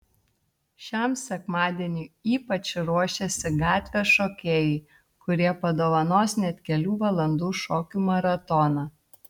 šiam sekmadieniui ypač ruošiasi gatvės šokėjai kurie padovanos net kelių valandų šokių maratoną